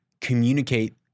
communicate